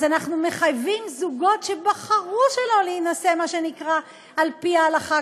אז אנחנו מחייבים זוגות שבחרו שלא להינשא מה שנקרא על פי ההלכה,